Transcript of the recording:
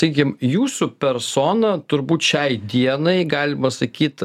taigi jūsų persona turbūt šiai dienai galima sakyt